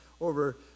over